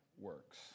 works